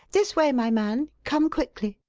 this way, my man come quickly!